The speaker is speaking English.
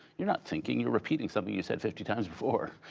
you're not thinking. you're repeating something you said fifty times before.